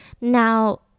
Now